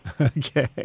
Okay